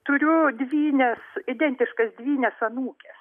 turiu dvynes identiškas dvynes anūkes